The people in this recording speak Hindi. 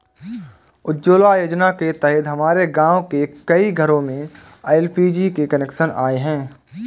उज्ज्वला योजना के तहत हमारे गाँव के कई घरों में एल.पी.जी के कनेक्शन आए हैं